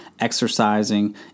exercising